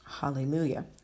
Hallelujah